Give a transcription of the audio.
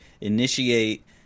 initiate